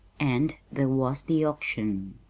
and there was the auction!